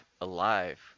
alive